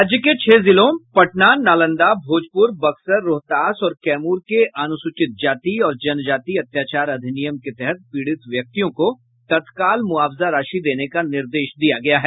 राज्य के छह जिलों पटना नालंदा भोजपुर बक्सर रोहतास और कैमूर के अनूसूचित जाति और जनजाति अत्याचार अधिनियम के तहत पीड़ित व्यक्तियों को तत्काल मुआवजा राशि देने का निर्देश दिया गया है